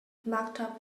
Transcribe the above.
maktub